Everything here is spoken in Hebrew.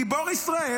גיבור ישראל.